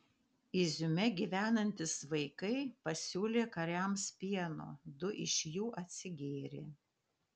iziume gyvenantys vaikai pasiūlė kariams pieno du iš jų atsigėrė